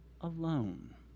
alone